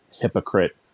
hypocrite